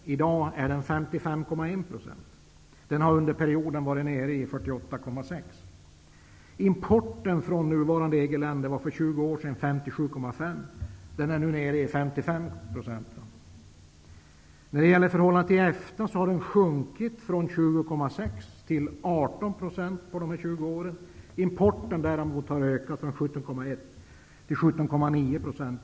I dag utgör denna export 55,1 %. Den har under denna tjugoårsperiod varit nere i 48,6 %. För 20 år sedan utgjorde vår import från de nuvarande EG-länderna 57,5 % av den totala importen. I dag är siffran 55 %. Under dessa 20 år har vår export till EFTA sjunkit från 20,6 % till 18 %. Importen har däremot ökat från 17,1 % till 17,9 %.